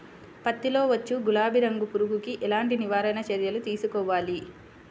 పత్తిలో వచ్చు గులాబీ రంగు పురుగుకి ఎలాంటి నివారణ చర్యలు తీసుకోవాలి?